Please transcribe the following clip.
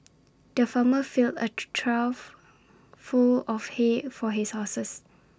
the farmer filled A trough full of hay for his horses